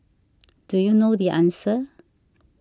do you know the answer